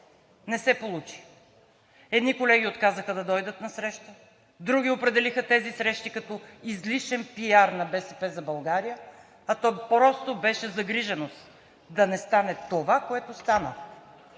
Не се получи. Едни колеги отказаха да дойдат на срещата, други определиха тези срещи като излишен пиар на „БСП за България“, а то просто беше загриженост – да не стане това, което стана.